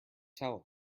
tell